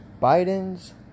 Biden's